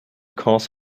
cause